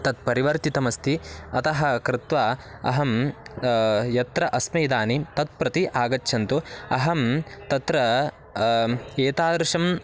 तत् परिवर्तितमस्ति अतः कृत्वा अहं यत्र अस्मि इदानीं तत् प्रति आगच्छन्तु अहं तत्र एतादृशं